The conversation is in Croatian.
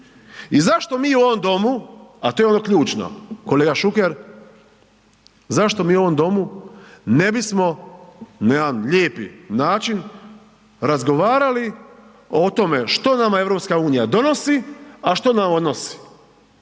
i zašto mi u ovom domu, a to je ono ključno, kolega Šuker zašto mi u ovom domu ne bismo na jedan lijepi način razgovarali o tome što nama EU donosi, a što nam odnosi,